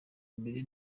mbere